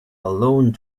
alone